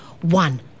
One